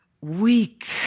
weak